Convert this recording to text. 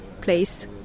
place